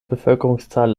bevölkerungszahl